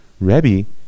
Rebbe